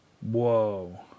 Whoa